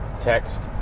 text